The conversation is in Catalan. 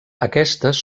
aquestes